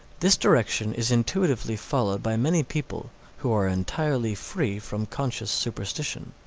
this direction is intuitively followed by many people who are entirely free from conscious superstition.